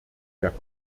der